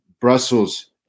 Brussels